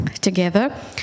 together